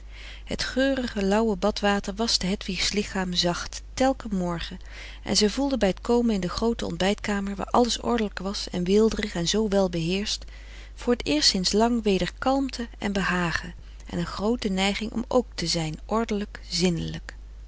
het geurige lauwe badwater waschte hedwigs lichaam zacht telken morgen en zij voelde bij t komen in de groote ontbijtkamer waar alles ordelijk was en weelderig en zoo welbeheerscht voor t eerst sinds lang weder kalmte en behagen en een groote neiging om ook te zijn ordelijk zindelijk